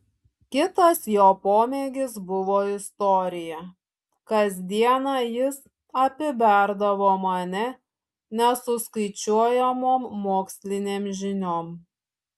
kitas jo pomėgis buvo istorija kasdieną jis apiberdavo mane nesuskaičiuojamom mokslinėm žiniom